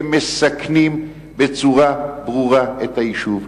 הם מסכנים בצורה ברורה את היישוב.